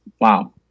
Wow